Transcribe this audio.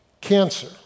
cancer